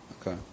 Okay